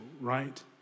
right